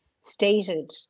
stated